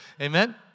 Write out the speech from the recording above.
Amen